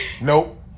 nope